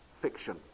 fiction